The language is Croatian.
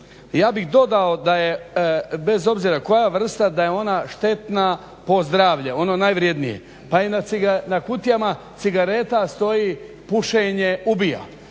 Ja bih dodao da je bez obzira koja vrsta da je ona štetna po zdravlje, ono najvrjednije. Pa i na kutijama cigareta stoji pušenje ubija.